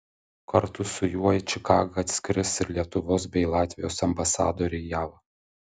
kartu su juo į čikagą atskris ir lietuvos bei latvijos ambasadoriai jav